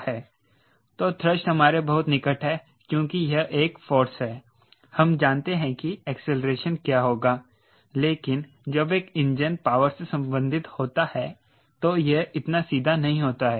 तो थ्रस्ट हमारे बहुत निकट है क्योंकि यह एक फोर्स है हम जानते हैं कि एक्सेलरेशन क्या होगा लेकिन जब एक इंजन पावर से संबंधित होता है तो यह इतना सीधा नहीं होता है